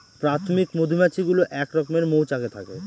প্রাথমিক মধুমাছি গুলো এক রকমের মৌচাকে থাকে